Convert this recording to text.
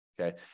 okay